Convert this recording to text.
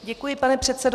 Děkuji, pane předsedo.